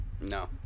No